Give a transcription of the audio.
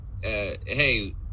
hey—